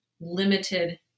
limited